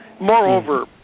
Moreover